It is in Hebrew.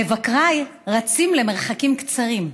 מבקריי רצים למרחקים קצרים.